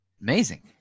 Amazing